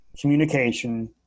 communication